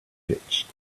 pitched